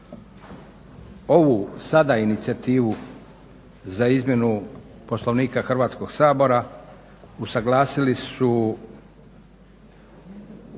Ovu sada inicijativu za izmjenu Poslovnika Hrvatskog sabora usuglasili su